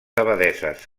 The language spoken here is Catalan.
abadesses